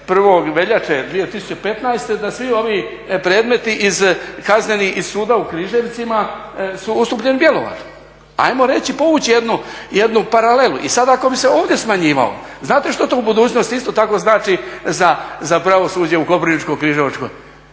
01. veljače 2015. da svi ovi predmeti iz … iz suda u Križevcima su ustupljeni Bjelovaru. Ajmo reći, povući jednu paralelu i sada ako bi se ovdje smanjivalo, znate što to u budućnosti isto tako znači za pravosuđe u Koprivničko-križevačkoj,